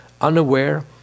unaware